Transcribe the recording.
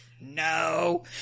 no